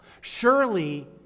Surely